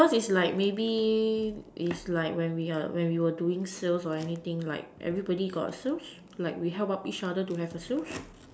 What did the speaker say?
because it's like maybe it's like when we are we were doing sales or anything like everyone have sales like we help out each other to have sales